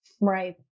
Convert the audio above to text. right